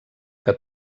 que